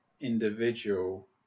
individual